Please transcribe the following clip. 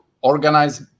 organize